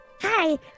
Hi